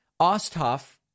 Osthoff